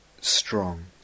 strong